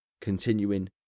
continuing